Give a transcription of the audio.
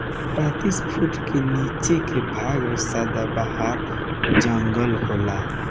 पैतीस फुट के नीचे के भाग में सदाबहार जंगल होला